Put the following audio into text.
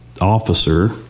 officer